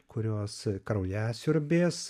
kurios kraujasiurbės